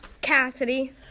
Cassidy